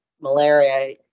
Malaria